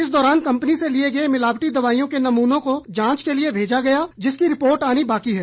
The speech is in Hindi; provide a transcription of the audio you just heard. इस दौरान कंपनी से लिए गए मिलावटी दवाईयों के नमूनों को जांच के लिए भेजा गया जिसकी रिपोर्ट आनी बाकी है